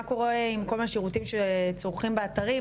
מה קורה עם כל השירותים שצורכים באתרים,